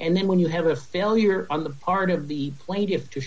and then when you have a failure on the part of the plate of to